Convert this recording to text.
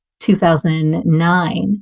2009